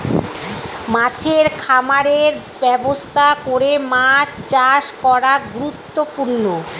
মাছের খামারের ব্যবস্থা করে মাছ চাষ করা গুরুত্বপূর্ণ